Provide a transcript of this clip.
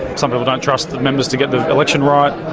some people don't trust the members to get the election right,